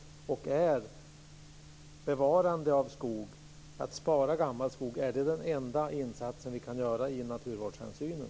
Är bevarande av skog, att spara gammal skog, den enda insatsen vi kan göra i naturvårdshänsynen?